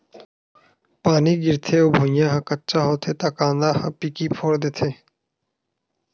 पानी गिरथे अउ भुँइया ह कच्चा होथे त कांदा ह पीकी फोर देथे